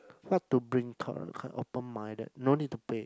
what to bring open minded no need to pay